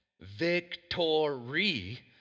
Victory